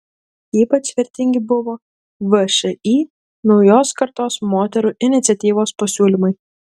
ypač vertingi buvo všį naujos kartos moterų iniciatyvos pasiūlymai